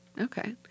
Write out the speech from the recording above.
Okay